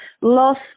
loss